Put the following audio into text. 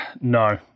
No